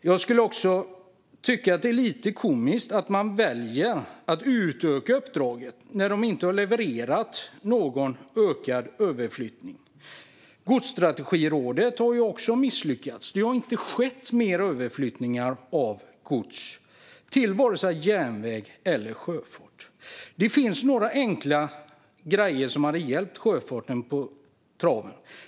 Jag tycker också att det är lite komiskt att man väljer att utöka uppdraget när ingen ökad överflyttning har levererats. Godsstrategirådet har också misslyckats. Det har inte skett mer överflyttning av gods till vare sig järnväg eller sjöfart. Det finns några enkla grejer som hade kunnat hjälpa sjöfarten på traven.